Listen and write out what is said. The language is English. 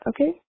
Okay